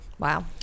wow